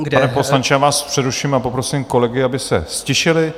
Pane poslanče, já vás přeruším a poprosím kolegy, aby se ztišili.